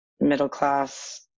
middle-class